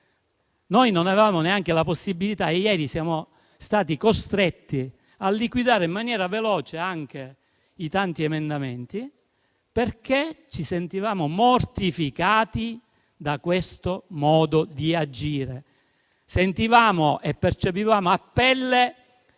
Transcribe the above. noi non abbiamo avuto neanche tale possibilità; ieri siamo stati costretti a liquidare in maniera veloce anche tanti emendamenti e ci siamo sentiti mortificati da questo modo di agire; sentivamo e percepivamo a pelle